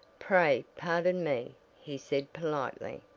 pray pardon me, he said politely.